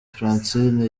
francine